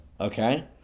okay